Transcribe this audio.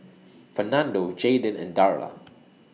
Fernando Jaeden and Darla